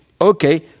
okay